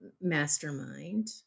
mastermind